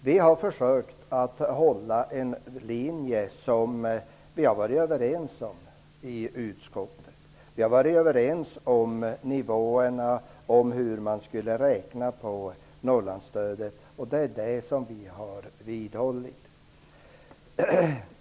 Vi har försökt att hålla en linje som vi har varit överens om i utskottet. Vi har varit överens om nivåerna, om hur man skulle räkna på Norrlandsstödet. Det är det som vi har vidhållit.